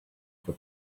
for